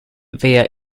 via